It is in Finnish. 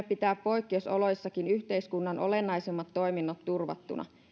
pitää poikkeusoloissakin yhteiskunnan olennaisimmat toiminnot turvattuina